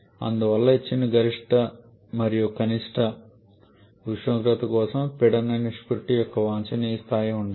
అందువల్ల ఇచ్చిన గరిష్ట మరియు కనిష్ట ఉష్ణోగ్రతల కోసం ఈ పీడన నిష్పత్తి యొక్క వాంఛనీయ స్థాయి ఉండాలి